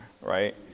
right